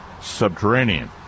subterranean